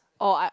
oh I